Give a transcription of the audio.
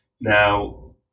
Now